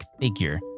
figure